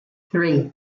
three